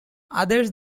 others